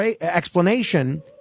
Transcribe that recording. explanation